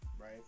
right